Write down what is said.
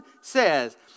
says